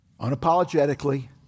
unapologetically